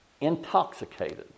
Intoxicated